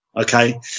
okay